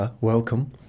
welcome